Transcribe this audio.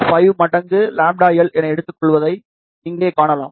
5 மடங்கு λL எடுத்துக் கொள்ளப்படுவதை இங்கே காணலாம்